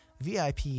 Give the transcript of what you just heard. VIP